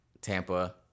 Tampa